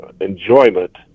enjoyment